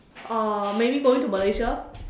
uh maybe going to Malaysia